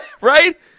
right